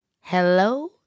Hello